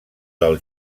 del